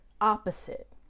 opposite